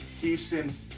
Houston